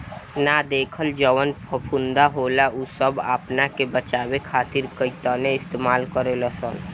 ना देखल जवन फफूंदी होला उ सब आपना के बचावे खातिर काइतीने इस्तेमाल करे लसन